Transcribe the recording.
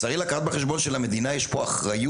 צריך לקחת בחשבון שלמדינה יש פה אחריות